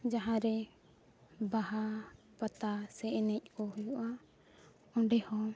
ᱡᱟᱦᱟᱸᱨᱮ ᱵᱟᱦᱟ ᱯᱟᱛᱟ ᱥᱮ ᱮᱱᱮᱡ ᱠᱚ ᱦᱩᱭᱩᱜᱼᱟ ᱚᱸᱰᱮᱦᱚᱸ